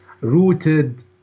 rooted